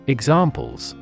Examples